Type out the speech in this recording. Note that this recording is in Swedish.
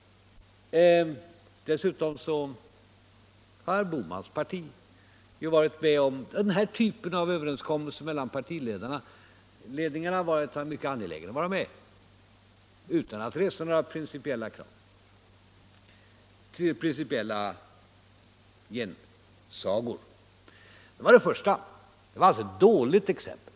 Dessutom har herr Bohmans parti varit mycket angeläget om att vara med om denna typ av överläggningar mellan partiledningarna utan att resa några principiella gensagor. Det var alltså ett dåligt exempel.